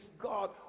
God